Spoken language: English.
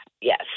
yes